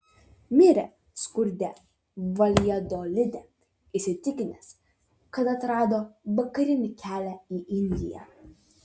mirė skurde valjadolide įsitikinęs kad atrado vakarinį kelią į indiją